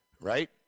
right